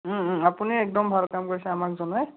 আপুনি একদম ভাল কাম কৰিছে আমাক জনাই